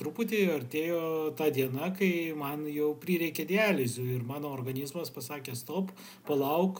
truputį artėjo ta diena kai man jau prireikė dializių ir mano organizmas pasakė stop palauk